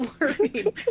learning